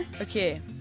Okay